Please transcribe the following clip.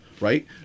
Right